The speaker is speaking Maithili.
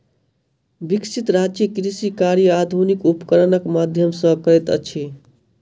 विकसित राज्य कृषि कार्य आधुनिक उपकरणक माध्यम सॅ करैत अछि